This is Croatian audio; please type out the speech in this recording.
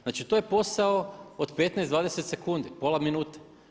Znači to je posao od 15, 20 sekundi, pola minute.